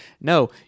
No